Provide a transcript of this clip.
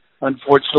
Unfortunately